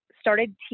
started